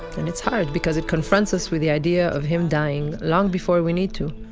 and it's hard, because it confronts us with the idea of him dying long before we need to.